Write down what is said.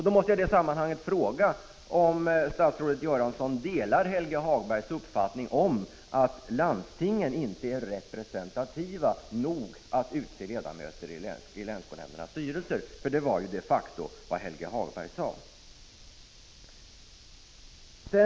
Då måste jag i sammanhanget fråga om statsrådet Göransson delar Helge Hagbergs uppfattning att landstingen inte är representativa nog att utse ledamöter i länsskolnämndernas styrelser. Det var vad Helge Hagberg de facto sade.